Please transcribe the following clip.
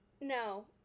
No